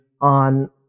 on